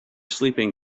sleeping